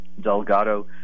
delgado